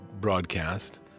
broadcast